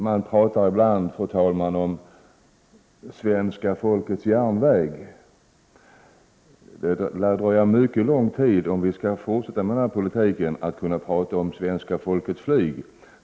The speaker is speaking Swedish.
Man talar ibland, fru talman, om svenska folkets järnväg. Om vi skall fortsätta med den förda politiken på flygområdet lär det dröja mycket lång tid innan vi kan tala om svenska folkets flyg.